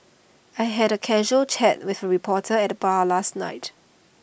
I had A casual chat with reporter at the bar last night